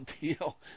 deal